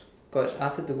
got ask her to go